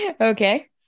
Okay